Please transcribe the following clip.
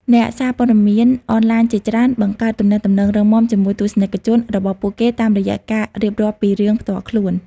អ្នកសារព័ត៌មានអនឡាញជាច្រើនបង្កើតទំនាក់ទំនងរឹងមាំជាមួយទស្សនិកជនរបស់ពួកគេតាមរយៈការរៀបរាប់ពីរឿងផ្ទាល់ខ្លួន។